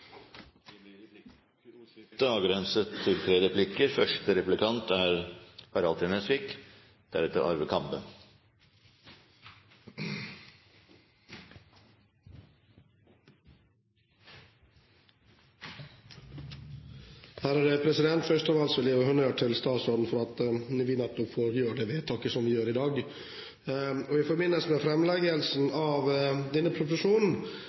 Det blir replikkordskifte. Først av alt vil jeg gi honnør til statsråden for at vi får gjøre nettopp det vedtaket vi gjør i dag. I forbindelse med framleggelsen av denne proposisjonen